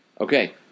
Okay